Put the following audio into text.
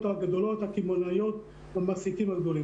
הגדולות הקמעונאיות ולמעסיקים הגדולים.